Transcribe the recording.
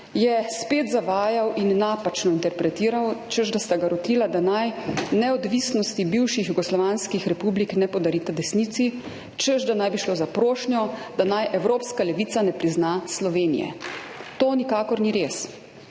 je spet zavajal in napačno interpretiral, češ da sta ga rotila, da naj neodvisnosti bivših jugoslovanskih republik ne podari desnici, češ da naj bi šlo za prošnjo, da naj evropska levica ne prizna Slovenije. To nikakor ni res.